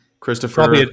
Christopher